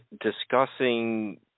discussing